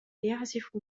يعزف